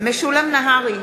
משולם נהרי,